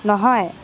নহয়